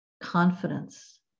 confidence